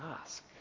ask